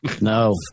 No